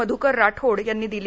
मध्कर राठोड यांनी दिली